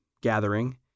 gathering